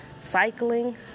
cycling